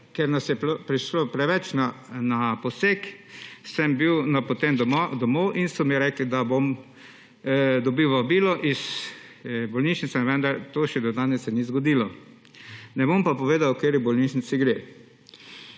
ker nas je prišlo preveč na poseg, sem bil napoten domov. Rekli so mi, da bom dobil vabilo iz bolnišnice, vendar to se še do danes zgodilo. Ne bom pa povedal, za katero bolnišnico gre.